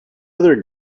other